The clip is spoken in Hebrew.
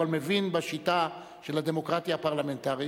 אבל מבין בשיטה של הדמוקרטיה הפרלמנטרית: